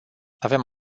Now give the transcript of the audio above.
avem